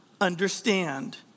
understand